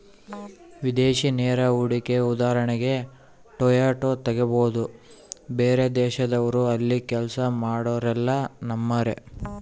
ವಿದೇಶಿ ನೇರ ಹೂಡಿಕೆಯ ಉದಾಹರಣೆಗೆ ಟೊಯೋಟಾ ತೆಗಬೊದು, ಬೇರೆದೇಶದವ್ರು ಅಲ್ಲಿ ಕೆಲ್ಸ ಮಾಡೊರೆಲ್ಲ ನಮ್ಮರೇ